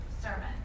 sermon